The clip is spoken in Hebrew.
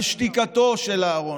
על שתיקתו של אהרן,